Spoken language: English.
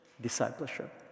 discipleship